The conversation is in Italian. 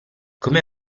come